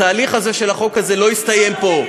התהליך של החוק הזה לא יסתיים פה.